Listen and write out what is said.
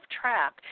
track